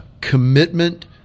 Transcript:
Commitment